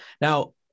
Now